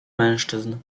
mężczyzn